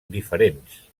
diferents